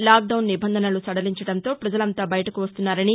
lock down నిబంధనలు సదలించడంతో ప్రపజలంతా బయటకు వస్తున్నారని